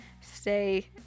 stay